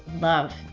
love